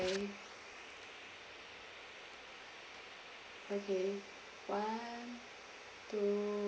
okay one two